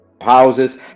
houses